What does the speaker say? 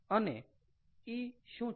અને E શું છે